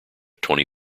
twenty